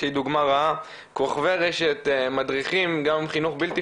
האיגרת שמועצת תלמידים ונוער הארצית מפרסמת.